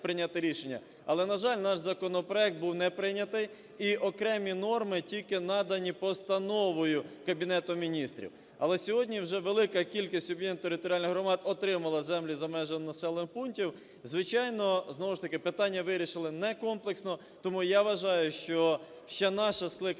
Але, на жаль, наш законопроект був не прийнятий, і окремі норми тільки надані постановою Кабінету Міністрів. Але сьогодні вже велика кількість об'єднаних територіальних громад отримала землі за межами населених пунктів. Звичайно, знову ж таки, питання вирішили не комплексно, тому я вважаю, що ще наше скликання